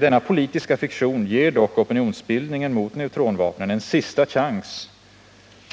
Denna politiska fiktion ger dock opinionsbildningen mot neutronvapnet en sista chans